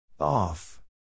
Off